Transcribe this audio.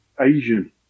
Asian